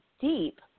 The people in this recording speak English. deep